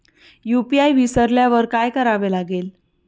UPI विसरल्यावर काय करावे लागेल?